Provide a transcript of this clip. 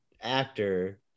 actor